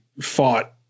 fought